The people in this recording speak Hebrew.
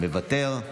מוותר,